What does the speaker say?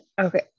Okay